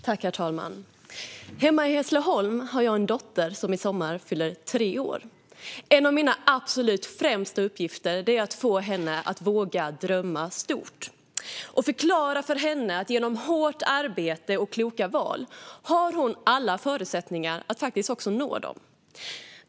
Herr talman! Hemma i Hässleholm har jag en dotter som i sommar fyller tre år. En av mina absolut främsta uppgifter är att få henne att våga drömma stort och att förklara för henne att genom hårt arbete och kloka val har hon alla förutsättningar att uppnå sina drömmar.